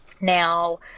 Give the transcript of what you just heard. Now